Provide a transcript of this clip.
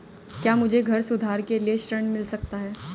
क्या मुझे घर सुधार के लिए ऋण मिल सकता है?